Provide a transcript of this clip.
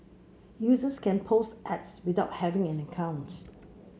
users can post ads without having an account